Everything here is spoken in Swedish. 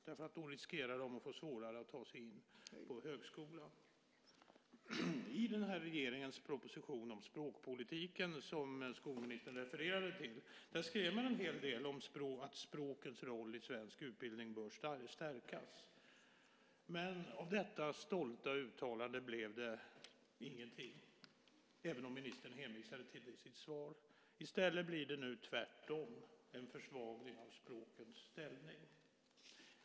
De riskerar då att få svårare att ta sig in på högskolan. I regeringens proposition om språkpolitiken, som skolministern refererade till, skrev man en hel del om att språkens roll i svensk utbildning bör stärkas. Av detta stolta uttalande blev det ingenting, även om ministern hänvisade till det i sitt svar. I stället blir det nu tvärtom: en försvagning av språkens ställning.